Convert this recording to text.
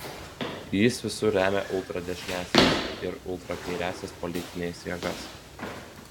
jis visur remia ultradešiniąsias ir ultrakairiąsias politines jėgas